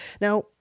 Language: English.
Now